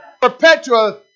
Perpetual